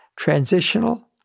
Transitional